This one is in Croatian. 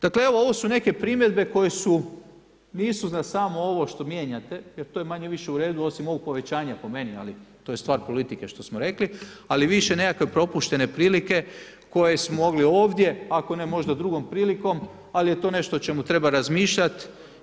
Dakle evo ovo su neke primjedbe koje su, nisu na samo ovo što mijenjate, jer to je manje-više u redu osim ovog povećanja po meni, ali to je stvar politike što smo rekli ali više nekakve propuštene prilike koje smo mogli ovdje, ako ne možda drugom prilikom ali je to nešto o čemu treba razmišljati.